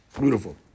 Beautiful